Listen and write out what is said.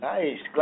Nice